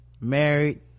married